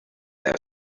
there